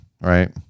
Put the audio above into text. right